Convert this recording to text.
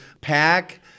pack